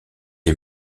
est